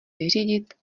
vyřídit